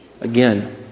again